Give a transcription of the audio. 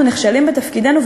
אנחנו נכשלים בתפקידנו,